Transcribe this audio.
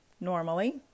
normally